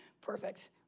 perfect